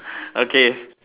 okay